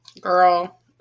Girl